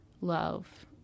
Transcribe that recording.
love